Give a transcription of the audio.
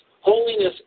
holiness